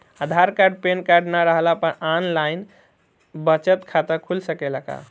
आधार card pan card न रहला पर आन लाइन बचत खाता खुल सकेला का?